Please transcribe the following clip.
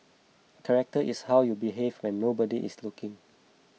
character is how you behave when nobody is looking